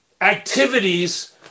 activities